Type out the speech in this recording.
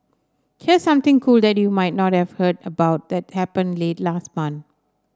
here's something cool that you might not have heard about that happened late last month